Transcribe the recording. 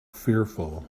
fearful